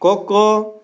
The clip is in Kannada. ಖೊ ಖೋ